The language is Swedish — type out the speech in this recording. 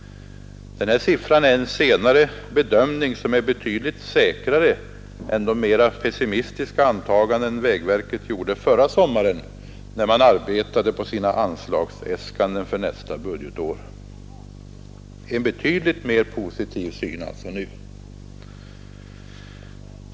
Den här siffran har man kommit fram till vid en senare bedömning, som är betydligt säkrare än de mer pessimistiska antaganden vägverket gjorde förra sommaren vid utarbetandet av anslagsäskandena för nästa budgetår.